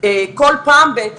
ארנונה בחוק הזה בשום פנים ואופן.